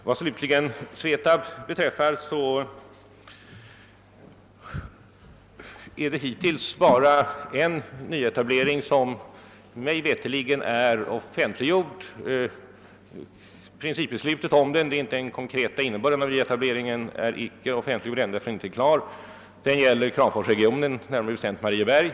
Vad slutligen SVETAB beträffar har mig veterligen hittills bara en nyetablering blivit offentliggjord. Det gäller ett principbeslut — den konkreta innebörden av nyetableringen är ännu inte klar. Det gäller emellertid Kramforsregionen, närmare bestämt Marieberg.